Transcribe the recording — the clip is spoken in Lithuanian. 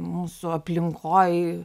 mūsų aplinkoj